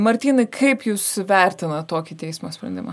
martynai kaip jūs vertinat tokį teismo sprendimą